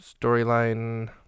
Storyline